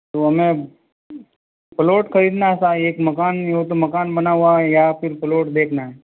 तो हमें पलोट खरीदना था एक मकान में हो तो मकान बना हुआ है या फिर पलोट देखना है